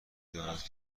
دانست